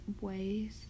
ways